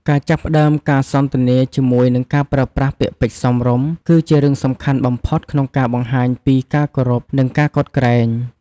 ការចាប់ផ្ដើមការសន្ទនាជាមួយនឹងការប្រើប្រាស់ពាក្យពេចន៍សមរម្យ គឺជារឿងសំខាន់បំផុតក្នុងការបង្ហាញពី ការគោរព និង ការកោតក្រែង។